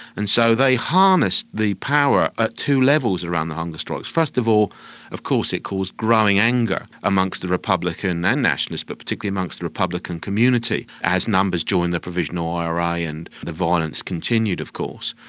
and so they harnessed the power at two levels around the hunger strikes. first of all of course it caused growing anger amongst the republican and nationalist but particularly amongst the republican community as numbers joined the provisional ira and the violence continued of course.